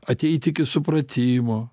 ateiti iki supratimo